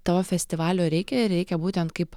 to festivalio reikia ir reikia būtent kaip